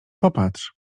popatrz